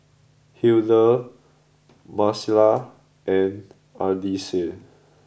Hildur Marcela and Ardyce